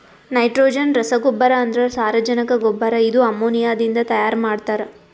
nitrogen ರಸಗೊಬ್ಬರ ಅಂದ್ರ ಸಾರಜನಕ ಗೊಬ್ಬರ ಇದು ಅಮೋನಿಯಾದಿಂದ ತೈಯಾರ ಮಾಡ್ತಾರ್